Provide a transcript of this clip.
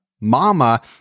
mama